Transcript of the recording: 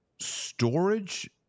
storage